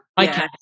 Okay